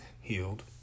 healed